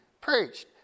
preached